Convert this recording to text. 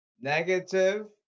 negative